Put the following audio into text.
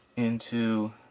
into